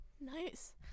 Nice